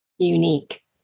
unique